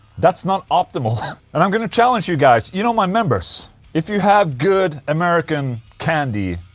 that's not optimal and i'm gonna challenge you guys, you know, my members if you have good american candy.